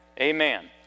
Amen